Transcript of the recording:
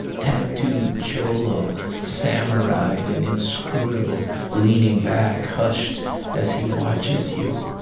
tattooed cholo samurai'd and inscrutable leaning back, hushed as he watches you.